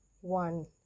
one